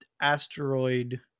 asteroid